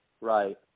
Right